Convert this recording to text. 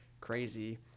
crazy